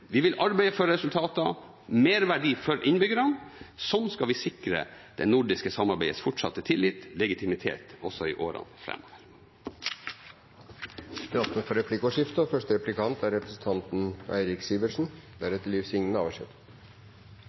Vi vil arbeide for resultater og merverdi for innbyggerne. Slik skal vi sikre det nordiske samarbeidets fortsatte tillit og legitimitet også i årene framover. Det blir replikkordskifte.